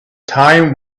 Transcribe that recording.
time